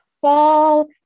Fall